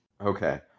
Okay